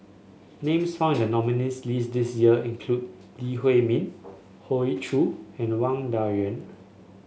names found in the nominees' list this year include Lee Huei Min Hoey Choo and Wang Dayuan